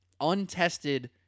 untested